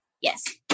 Yes